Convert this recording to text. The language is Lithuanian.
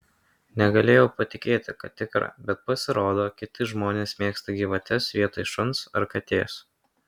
negalėjau patikėti kad tikra bet pasirodo kiti žmonės mėgsta gyvates vietoj šuns ar katės